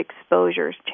exposures